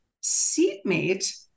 seatmate